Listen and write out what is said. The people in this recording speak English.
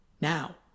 now